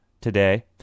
today